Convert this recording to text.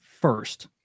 first